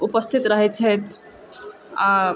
उपस्थित रहैत छथि आओर